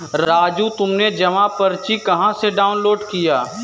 राजू तुमने जमा पर्ची कहां से डाउनलोड किया?